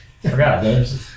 Forgot